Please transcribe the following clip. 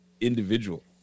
individual